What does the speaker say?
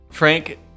Frank